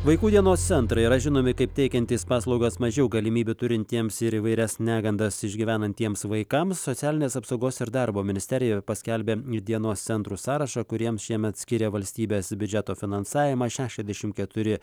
vaikų dienos centrai yra žinomi kaip teikiantys paslaugas mažiau galimybių turintiems ir įvairias negandas išgyvenantiems vaikams socialinės apsaugos ir darbo ministerija paskelbė dienos centrų sąrašą kuriems šiemet skiria valstybės biudžeto finansavimą šešiasdešimt keturi